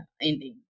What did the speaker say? ending